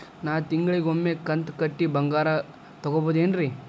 ನಾ ತಿಂಗಳಿಗ ಒಮ್ಮೆ ಕಂತ ಕಟ್ಟಿ ಬಂಗಾರ ತಗೋಬಹುದೇನ್ರಿ?